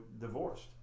divorced